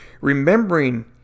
remembering